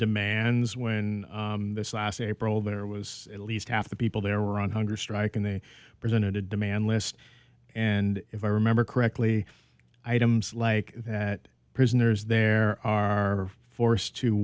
demands when this last april there was at least half the people there were on hunger strike and they presented a demand list and if i remember correctly items like that prisoners there are forced to